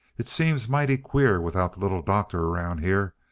it seems mighty queer without the little doctor around here,